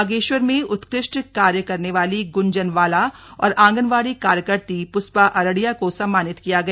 बागेश्वर में उत्कृष्ट कार्य गुंजन वाला और आंगनवाडी कार्यकत्री पुष्पा अरडिया को सम्मानित किया गया